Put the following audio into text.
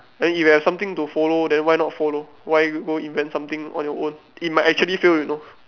then you have something to follow then why not follow why go invent something on your own it might actually fail you know